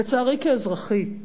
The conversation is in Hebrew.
לצערי כאזרחית,